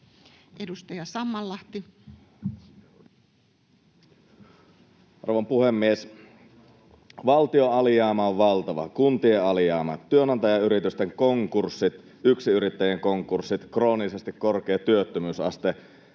Edustaja Sammallahti. Arvon puhemies! Valtion alijäämä on valtava, myös kuntien alijäämä, työnantajayritysten konkurssit, yksinyrittäjien konkurssit, kroonisesti korkea työttömyysaste.